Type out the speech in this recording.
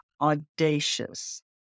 audacious